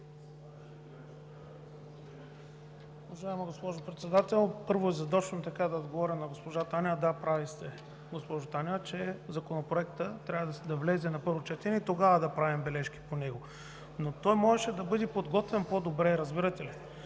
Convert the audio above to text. Уважаема госпожо Председател, първо, да отговоря на госпожа Танева. Да, прави сте, госпожо Танева, че Законопроектът трябва да влезе на първо четене и тогава да правим бележки по него, но той можеше да бъде подготвен по-добре, разбирате ли?